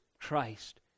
Christ